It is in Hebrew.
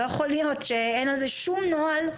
לא יכול להיות שאין על זה שום נוהל,